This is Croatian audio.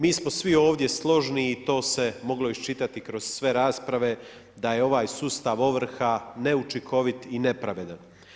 Mi smo svi ovdje složni i to se moglo iščitati kroz sve rasprave da je ovaj sustav ovrha neučinkovit i nepravedan.